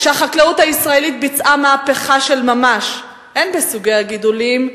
שהחקלאות הישראלית ביצעה מהפכה של ממש הן בסוגי הגידולים,